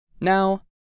Now